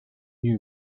new